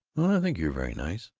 i think you're very nice.